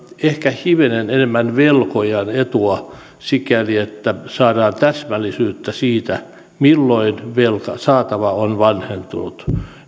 ehkä hivenen enemmän velkojan etua sikäli että saadaan täsmällisyyttä siihen milloin velkasaatava on vanhentunut